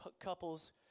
couples